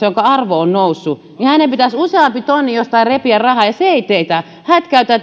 jonka arvo on noussut niin hänen pitäisi useampi tonni jostain repiä rahaa ja se ei teitä hätkäytä